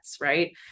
Right